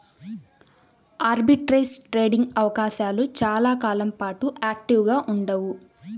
arbitrage trading అవకాశాలు చాలా కాలం పాటు యాక్టివ్గా ఉండవు